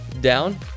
down